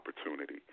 opportunity